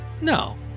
No